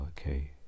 okay